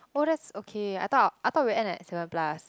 oh that's okay I thought I'll I thought we end at seven plus